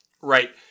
Right